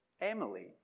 Emily